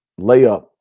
layup